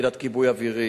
יחידת כיבוי אווירית,